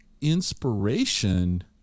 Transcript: inspiration